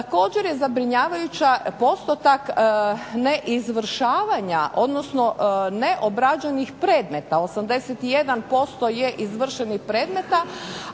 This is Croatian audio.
Također je zabrinjavajući postotak ne izvršavanja odnosno ne obrađenih predmeta, 81% je izvršeni predmeta